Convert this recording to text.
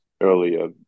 earlier